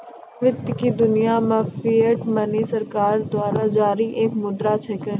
वित्त की दुनिया मे फिएट मनी सरकार द्वारा जारी एक मुद्रा छिकै